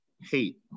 hate